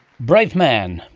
brave man.